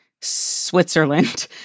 Switzerland